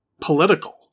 political